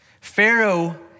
Pharaoh